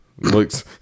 Looks